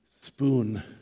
spoon